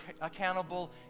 accountable